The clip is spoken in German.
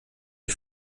ich